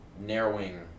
narrowing